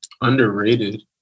underrated